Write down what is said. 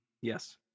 Yes